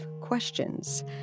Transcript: questions